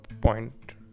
point